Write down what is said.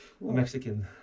Mexican